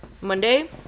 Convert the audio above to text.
Monday